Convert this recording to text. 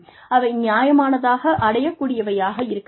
அவை நியாயமானதாக அடையக் கூடியவையாக இருக்க வேண்டும்